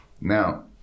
now